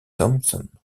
thompson